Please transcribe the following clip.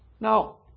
Now